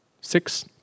six